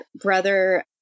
brother